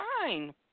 fine